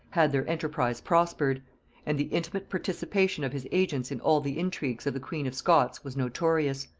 had their enterprise prospered and the intimate participation of his agents in all the intrigues of the queen of scots was notorious.